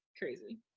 crazy